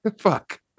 Fuck